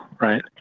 right